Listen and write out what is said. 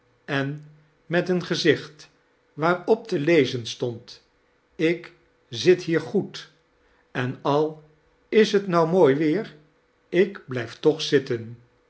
en met een geadoht waarop te leizen stond ik zit hier goed en al is t nou mooi weer ik blijf toch zitten